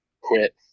quit